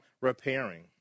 repairing